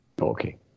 Okay